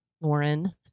Lauren